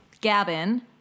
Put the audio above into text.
Gavin